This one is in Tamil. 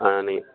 ஆ நீங்கள்